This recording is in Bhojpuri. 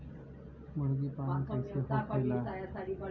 मुर्गी पालन कैसे होखेला?